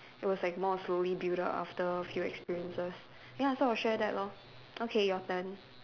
it was like more slowly build up after few experiences ya so I will share that lor okay your turn